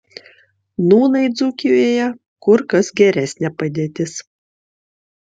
nūnai dzūkijoje kur kas geresnė padėtis